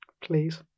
Please